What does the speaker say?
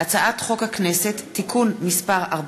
הצעת חוק הכנסת (תיקון מס' 40)